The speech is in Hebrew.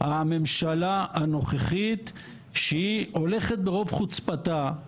הממשלה הנוכחית שהולכת ברוב חוצפתה.